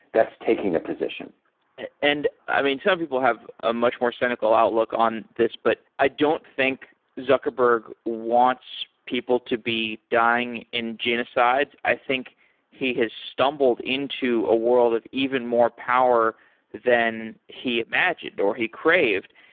that's taking a position and i mean, some people have a much more cynical outlook on this, but i don't think zuckerberg wants people to be dying in genocides. i think he has stumbled into a world of even more power than he imagined, or he craved.